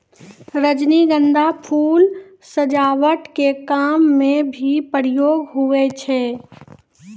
रजनीगंधा फूल सजावट के काम मे भी प्रयोग हुवै छै